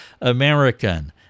American